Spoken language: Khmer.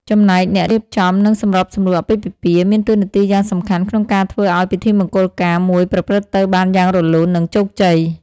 ចំណែកអ្នករៀបចំ និងសម្របសម្រួលអាពាហ៍ពិពាហ៍មានតួនាទីយ៉ាងសំខាន់ក្នុងការធ្វើឱ្យពិធីមង្គលការមួយប្រព្រឹត្តទៅបានយ៉ាងរលូន និងជោគជ័យ។